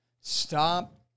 Stop